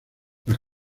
las